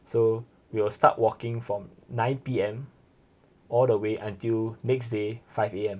so we will start walking from nine P_M all the way until next day five A_M